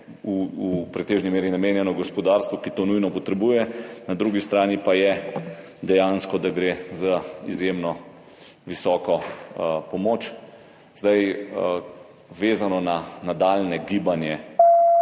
v pretežni meri namenjeno gospodarstvu, ki to nujno potrebuje, na drugi strani pa dejansko gre za izjemno visoko pomoč. Vezano na nadaljnje gibanje